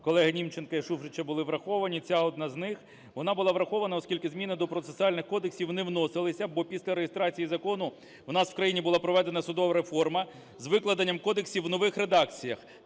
колеги Німченка і Шуфрича були враховані, це – одна з них, вона була врахована, оскільки зміни до процесуальних кодексів не вносилися, бо після реєстрації закону у нас в країні була проведена судова реформа з викладенням кодексів у нових редакціях,